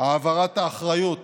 העברת האחריות